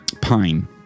Pine